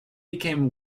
became